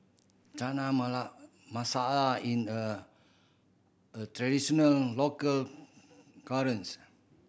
Chana Masala in a a traditional local